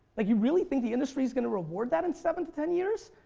like you really think the industry is going to reward that in seven to ten years?